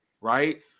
right